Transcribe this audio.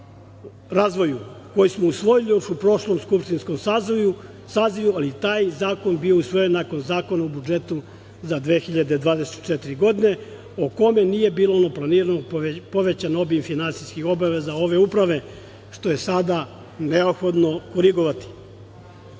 koji smo usvojili u prošlom skupštinskom sazivu, ali taj zakon je bio usvojen nakon Zakona o budžetu za 2024. godinu po kome nije bio povećan obim finansijskih obaveza ove uprave, što je sada neophodno korigovati. Što